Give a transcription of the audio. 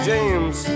James